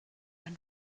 ein